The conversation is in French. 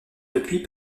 depuis